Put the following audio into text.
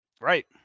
Right